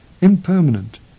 impermanent